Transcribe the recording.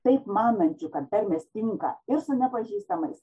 taip manančių kad tarmės tinka ir su nepažįstamais